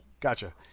Gotcha